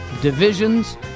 divisions